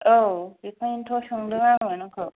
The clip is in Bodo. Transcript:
आव आएखायनोथ' सोंदों आङो नोंखौ